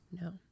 No